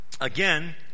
again